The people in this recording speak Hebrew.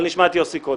אבל נשמע את יוסי קודם.